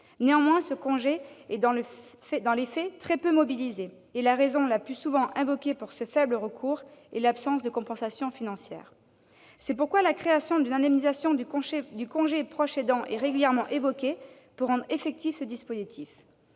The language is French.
Néanmoins, ce congé est, dans les faits, très peu sollicité, et la raison le plus souvent invoquée pour expliquer ce faible recours est l'absence de compensation financière. C'est pourquoi la création d'une indemnisation du congé de proche aidant est régulièrement évoquée afin de rendre plus effectif ce dispositif.